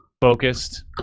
focused